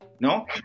no